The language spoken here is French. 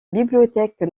bibliothèque